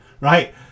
right